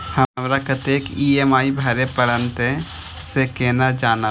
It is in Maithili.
हमरा कतेक ई.एम.आई भरें परतें से केना जानब?